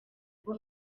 ubwo